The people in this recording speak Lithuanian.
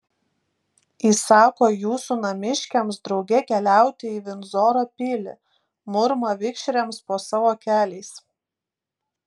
įsako jūsų namiškiams drauge keliauti į vindzoro pilį murma vikšriams po savo keliais